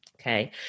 Okay